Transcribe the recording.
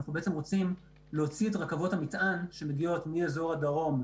אנחנו בעצם רוצים להוציא את רכבות המטען שמגיעות מאזור הדרום,